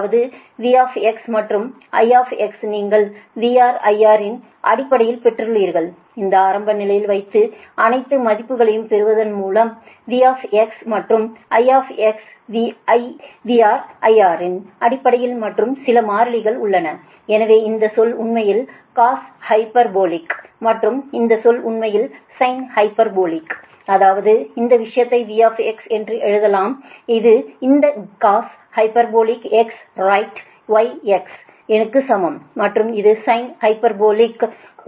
அதாவது V மற்றும் I நீங்கள் VR IR இன் அடிப்படையில் பெற்றுள்ளீர்கள் இந்த ஆரம்ப நிலையில் வைத்து அனைத்து மதிப்பீடுகளையும் செய்வதன் மூலம் V மற்றும் I VR IR இன் அடிப்படையில் மற்றும் சில மாறிலிகள் உள்ளன எனவே இந்த சொல் உண்மையில் காஸ் ஹைபர்போலிக் மற்றும் இந்த சொல் உண்மையில் சைன் ஹைபர்போலிக் அதாவது இந்த விஷயத்தை V என்று எழுதலாம் இது இந்த cos hyperbolic x right x க்கு சமம் மற்றும் இது சைன் ஹைபர்போலிக்x